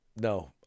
no